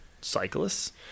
cyclists